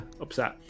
upset